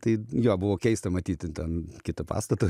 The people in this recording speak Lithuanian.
tai jo buvo keista matyti ten kitą pastatą